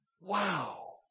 wow